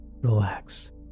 relax